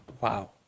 wow